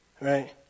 Right